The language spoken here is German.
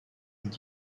und